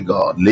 God